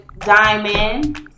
Diamond